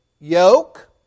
yoke